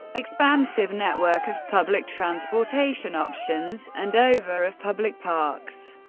expansive network of public transportation options, and over of public parks.